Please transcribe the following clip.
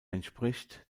entspricht